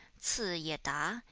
si ye da,